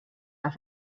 auf